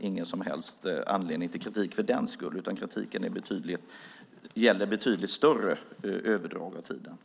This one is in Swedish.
ingen som helst anledning till kritik för att man inte klarar att ge svaret inom två veckor. Kritiken gäller betydligt större överdrag av tiden.